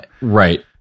Right